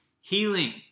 healing